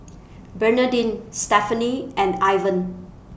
Bernadine Stephenie and Ivan